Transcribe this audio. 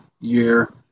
year